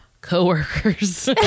co-workers